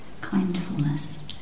Kindfulness